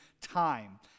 time